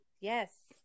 Yes